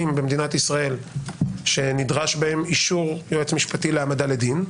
במדינת ישראל שנדרש בהם אישור יועץ משפטי להעמדה לדין,